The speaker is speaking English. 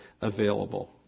available